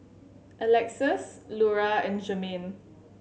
Alexus Lura and Jermaine